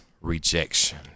Rejection